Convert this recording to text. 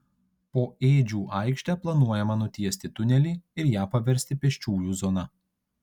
po ėdžių aikšte planuojama nutiesti tunelį ir ją paversti pėsčiųjų zona